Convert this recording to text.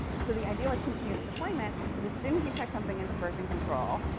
so the idea with continuous deployment is as soon as you check something into version control,